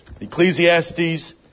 Ecclesiastes